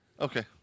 Okay